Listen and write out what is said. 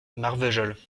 marvejols